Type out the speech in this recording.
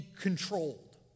controlled